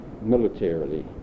militarily